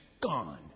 gone